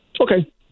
Okay